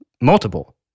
Multiple